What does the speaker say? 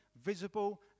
visible